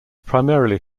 primarily